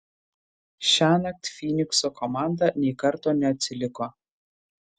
šiąnakt fynikso komanda nei karto neatsiliko